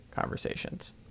conversations